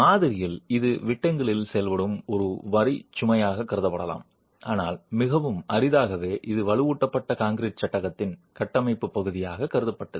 மாதிரியில் இது விட்டங்களில் செயல்படும் ஒரு வரி சுமையாகக் கருதப்படலாம் ஆனால் மிகவும் அரிதாகவே இது வலுவூட்டப்பட்ட கான்கிரீட் சட்டத்தின் கட்டமைப்பு பகுதியாக கருதப்பட்டது